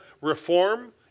reform